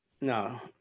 No